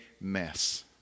mess